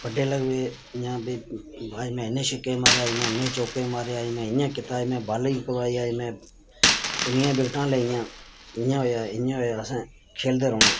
बड्डे लगी पे इ'यां अज्ज में इन्ने छिक्के मारे अज्ज में इन्ने चौके मारे अज्ज में इ'यां कीता अज्ज में बालें पजाई अज्ज में इन्नियां विकटां लेइयां इ'यां होएआ इ'यां होआ असें खेलदे रौह्ना